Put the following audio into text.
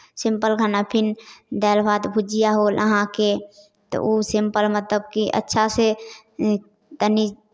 simple खाना फिन दालि भात भुजिया होल अहाँके तऽ ओ सिम्पल मतलबकि अच्छासँ तनी